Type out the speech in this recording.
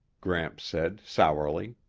gramps said sourly.